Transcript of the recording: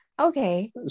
okay